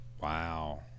Wow